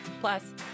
plus